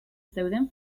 zeuden